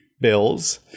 bills –